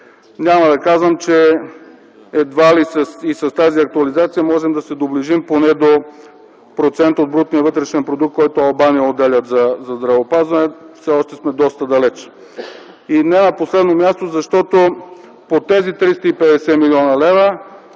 Няма да казвам, че едва ли и с тази актуализация можем да се доближим поне до процент от брутния вътрешен продукт, който Албания отделя за здравеопазване. Все още сме доста далече. И не на последно място, защото под тези 350 млн. лв.,